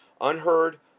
Unheard